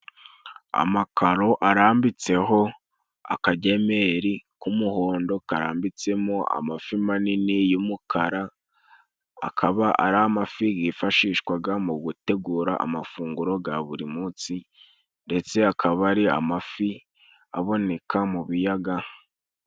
Amakaro arambitseho akagemeri k'umuhondo karambitsemo amafi manini y'umukara. akaba ari amafi yifashishwaga mu gutegura amafunguro ga buri munsi, ndetse akaba ari amafi aboneka mu biyaga.